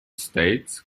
states